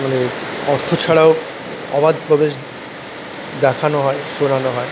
মানে অর্থ ছাড়াও অবাধ প্রবেশ দেখানো হয় শোনানো হয়